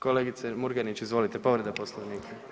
Kolegice Murganić izvolite, povreda Poslovnika.